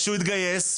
כשאלכס התגייס,